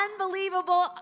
unbelievable